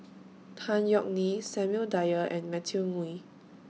Tan Yeok Nee Samuel Dyer and Matthew Ngui